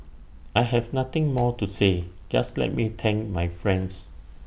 I have nothing more to say just let me thank my friends